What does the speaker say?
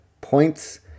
points